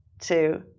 two